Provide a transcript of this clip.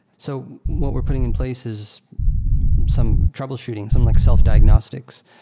so what we're putting in place is some troubleshooting, some like self-diagnostics.